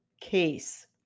case